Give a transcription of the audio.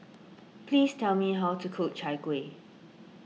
please tell me how to cook Chai Kueh